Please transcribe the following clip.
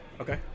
Okay